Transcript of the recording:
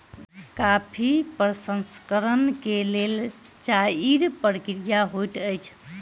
coffee प्रसंस्करण के लेल चाइर प्रक्रिया होइत अछि